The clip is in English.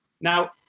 Now